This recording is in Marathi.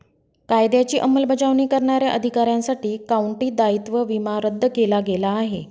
कायद्याची अंमलबजावणी करणाऱ्या अधिकाऱ्यांसाठी काउंटी दायित्व विमा रद्द केला गेला आहे